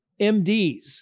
MDS